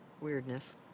weirdness